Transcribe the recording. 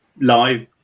live